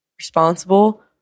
responsible